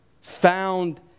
found